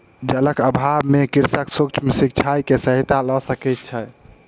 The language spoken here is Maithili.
जलक अभाव में कृषक सूक्ष्म सिचाई के सहायता लय सकै छै